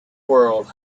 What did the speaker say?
world